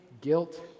guilt